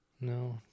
No